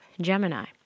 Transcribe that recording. Gemini